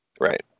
right